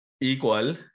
equal